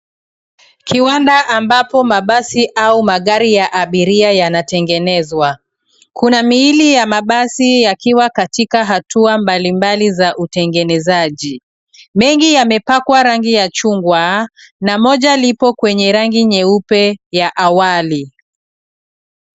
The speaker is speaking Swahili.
Kiwanda ambapo mabasi au magari ya abiria yanatengenezwa. Kuna miili ya mabasi yakiwa katika hatua mbalimbali za utengenezaji. Mengi yamepakwa rangi ya chungwa na moja lipo kwenye rangi nyeupe ya awali.